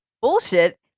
bullshit